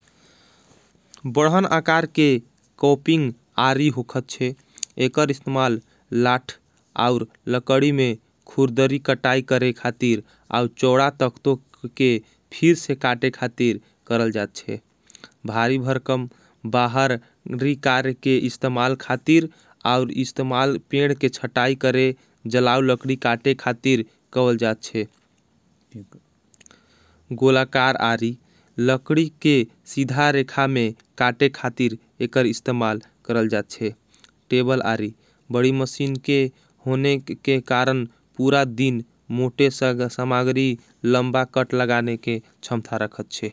बढ़हन अकार के कोपिंग आरी हुखत छे एकर इस्तमाल लठ। और लकड़ी में खूरदरी कटाई करे खातीर और चोड़ा तकतों। के फीर से काटे खातीर करल जाथ छे भारी भर कम बाहर री। कार के इस्तमाल खातीर और इस्तमाल पेड के छटाई करे। जलाव लकड़ी काटे खातीर करल जाथ छे गोलाकार आरी। लकड़ी के सिधा रेखा में काटे खातीर एकर इस्तमाल करल। जाथ छे बड़ी मशीन के होने के कारण पूरा दिन मोटे। समागरी लंबा कट लगाने के छम्था रखत छे।